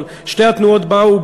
אבל שתי התנועות באו,